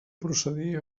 procedir